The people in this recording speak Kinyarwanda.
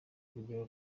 urugero